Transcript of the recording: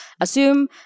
assume